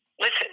Listen